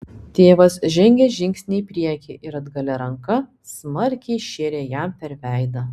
tėvas žengė žingsnį į priekį ir atgalia ranka smarkiai šėrė jam per veidą